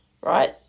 right